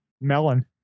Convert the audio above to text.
melon